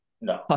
No